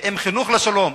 עם חינוך לשלום,